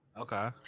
Okay